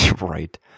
Right